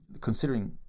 considering